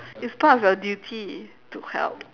it's part of your duty to help